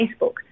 Facebook